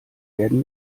werden